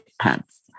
pants